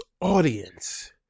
audience